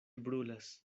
brulas